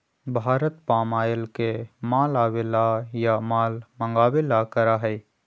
Bharat palm oil के माल आवे ला या माल मंगावे ला करा हई